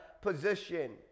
position